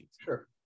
sure